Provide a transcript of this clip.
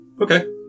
Okay